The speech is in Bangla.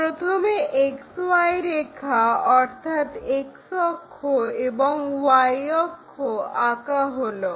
প্রথমে XY রেখা অর্থাৎ x অক্ষ এবং Y অক্ষ আঁকা হলো